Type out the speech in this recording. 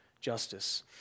justice